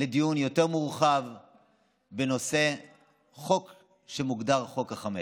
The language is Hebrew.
לדיון יותר מורחב בנושא החוק שמוגדר "חוק החמץ".